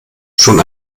schon